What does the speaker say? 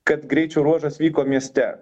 kad greičio ruožas vyko mieste